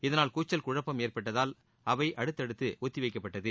இதனால் கூச்சல் குழப்பம் ஏற்பட்டதால் அவை அடுத்தடுத்து ஒத்தி வைக்கப்பட்டது